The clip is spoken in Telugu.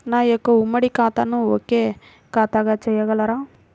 నా యొక్క ఉమ్మడి ఖాతాను ఒకే ఖాతాగా చేయగలరా?